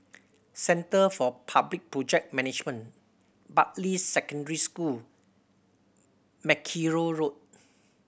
Centre for Public Project Management Bartley Secondary School Mackerrow Road